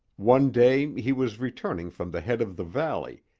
one day he was returning from the head of the valley,